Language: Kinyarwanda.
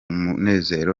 munezero